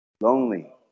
Lonely